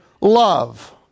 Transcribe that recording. love